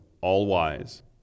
all-wise